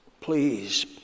please